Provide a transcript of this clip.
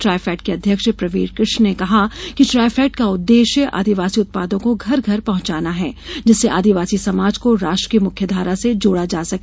ट्राईफेड के अध्यक्ष प्रवीर कृष्ण ने कहा कि ट्राईफेड का उद्देश्य आदिवासी उत्पादों को घर घर पहुंचाना है जिससे आदिवासी समाज को राष्ट्र की मुख्यधारा से जोड़ा जा सके